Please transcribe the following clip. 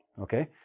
okay?